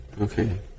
okay